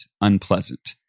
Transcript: unpleasant